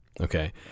Okay